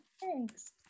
thanks